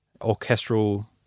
orchestral